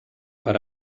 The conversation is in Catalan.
per